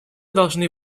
должны